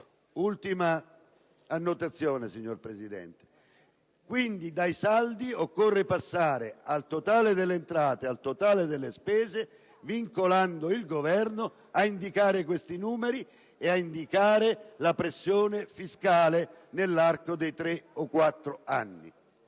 Quindi, signora Presidente, dai saldi occorre passare al totale delle entrate e delle spese, vincolando il Governo ad indicare questi numeri e la pressione fiscale nell'arco di tre o quattro anni.